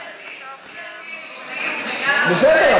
בסדר,